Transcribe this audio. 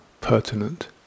pertinent